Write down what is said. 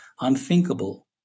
unthinkable